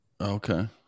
Okay